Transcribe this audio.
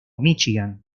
míchigan